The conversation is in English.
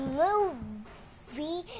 movie